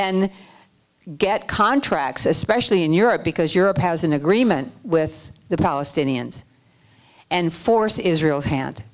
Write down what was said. then get contracts especially in europe because europe has an agreement with the palestinians and force israel's hand